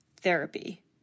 therapy